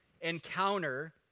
encounter